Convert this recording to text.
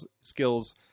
skills